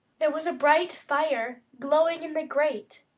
there was a bright fire glowing in the grate,